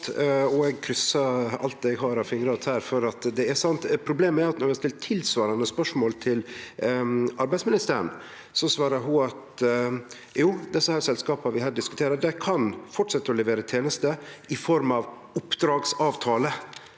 Eg kryssar alt eg har av fingrar og tær for at det er sant. Problemet er at når vi har stilt tilsvarande spørsmål til arbeidsministeren, svarar ho at dei selskapa vi her diskuterer, kan fortsetje å levere tenester i form av oppdragsavtale,